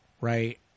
right